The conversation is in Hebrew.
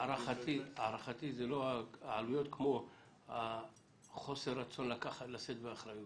להערכתי אלה לא העלויות כמו חוסר רצון לשאת באחריות.